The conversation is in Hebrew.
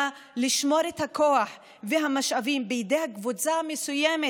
לשמור את הכוח והמשאבים בידי קבוצה מסוימת,